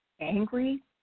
angry